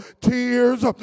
Tears